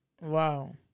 wow